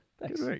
Thanks